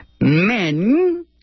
Men